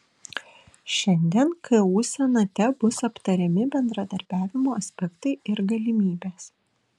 šiandien ku senate bus aptariami bendradarbiavimo aspektai ir galimybės